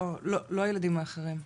לא הילדים האחרים,